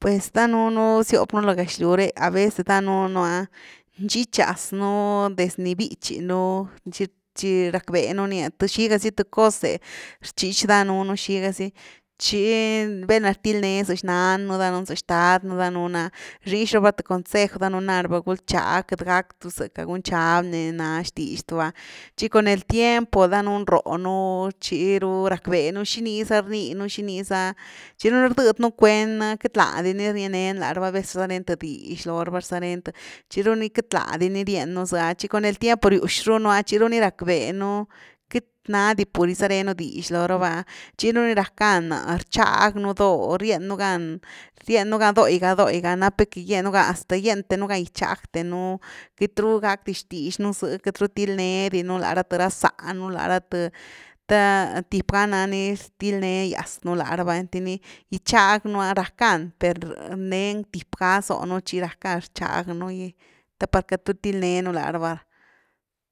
Pues danuunu xiop nú lo gëxlyw re a veces danuunu’a nxichaz núdez ni bíchy nú, tchi-tchi rackbé nú nia th, xiga zy th cos’e rchich danuunu xiga zy tchi vel na til’de za xnan nú danuun za xtad nú danuu’a rnix raba th consej’w danuun ná raba gulchág queity gack dú zëcka, bgui nxab ni na xtix du’a, chi con el tiempo danuun róh nú tchi ru rackbe nú xinii za rninu xinii za, chiru ni rdëdy nú cuen queity lá di ni rienenu l’a raba, a vez rzarenu th dix lo raba rzarén tchiru ni queity lá di ni rien nú z*e’a tchi con el tiempo riux ru un’a tchiru ni rackbe nú queity na di pur gizaré nú dix loo raba, tchi ru ni rackan rchag nu dó, rienu gan rienu gan dóh’i ga dóh’iga nap nú que gien nú gan, hasta gien te un gan gichag te nú queity ru gack di xtix nú zë, queity ru til nee di nú lara th ra záh nú lara th te tip ga na ni rdilnee yas nú lara va, einty ni tchag nú, rackan per nen tip ga zónu tchi rackan rchag nú gi the par queity ru til nenu lá raba,